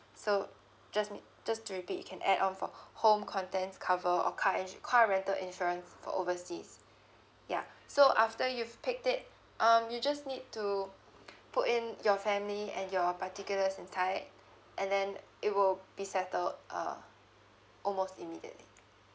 so just me just turn it be you can add on for home contents cover or car ins~ car rental insurance for overseas yeah so after you pick it um you just need to put in your family and your particulars inside and then it will be settled uh almost immediately